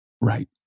Right